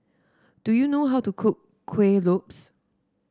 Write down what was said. do you know how to cook Kuih Lopes